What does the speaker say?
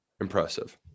Impressive